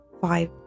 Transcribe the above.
five